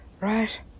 right